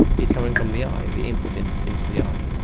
it's coming from the eye, the input into into the eye.